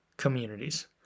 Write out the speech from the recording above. communities